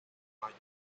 mayo